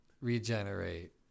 regenerate